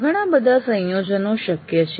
ઘણા બધા સંયોજનો શક્ય છે